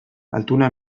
altuna